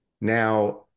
Now